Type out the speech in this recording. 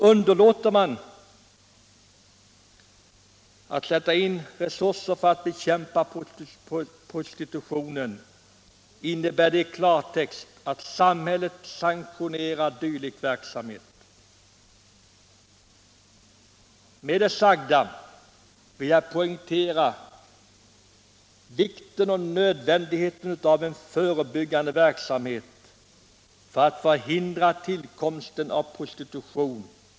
Underlåter man att sätta in resurser för att bekämpa prostitutionen, innebär det i klartext att samhället sanktionerar dylik verksamhet. Med det sagda vill jag poängtera vikten och nödvändigheten av en förebyggande verksamhet för att förhindra prostitution.